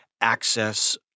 access